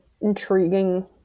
intriguing